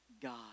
God